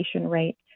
rate